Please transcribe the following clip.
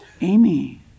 Amy